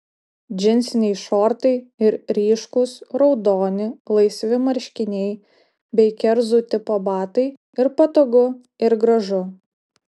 džinsiniai šortai ir ryškūs raudoni laisvi marškiniai bei kerzų tipo batai ir patogu ir gražu